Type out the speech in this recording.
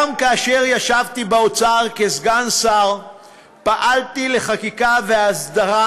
גם כאשר ישבתי באוצר כסגן שר פעלתי לחקיקה והסדרה,